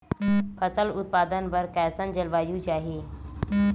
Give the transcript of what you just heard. फसल उत्पादन बर कैसन जलवायु चाही?